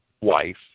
wife